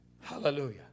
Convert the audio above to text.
Hallelujah